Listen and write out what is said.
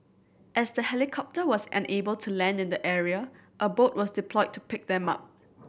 as the helicopter was unable to land in the area a boat was deployed to pick them up